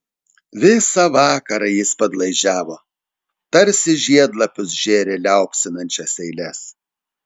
visą vakarą jis padlaižiavo tarsi žiedlapius žėrė liaupsinančias eiles